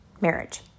marriage